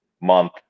month